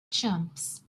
chumps